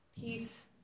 peace